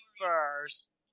first